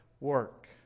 work